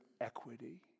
equity